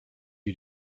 you